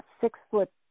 six-foot